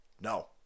No